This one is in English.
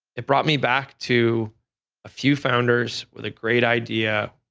it brought me back to a few founders with a great idea,